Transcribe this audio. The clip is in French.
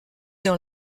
dans